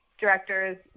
directors